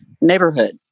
neighborhood